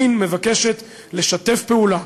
סין מבקשת לשתף פעולה,